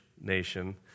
nation